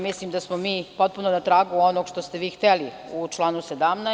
Mislim da smo potpuno na tragu onog što ste vi hteli u članu 17.